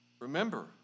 Remember